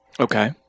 Okay